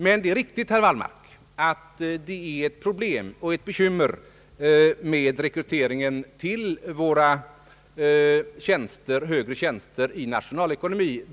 Men det är riktigt, herr Wallmark, att det är ett problem att rekrytera de högre tjänsterna i nationalekonomi.